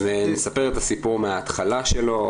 אני אספר את הסיפור מההתחלה שלו.